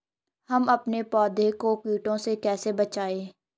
हम अपने पौधों को कीटों से कैसे बचाएं?